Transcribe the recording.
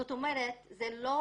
זאת אומרת, זה לא